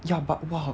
ya but !wah!